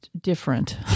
different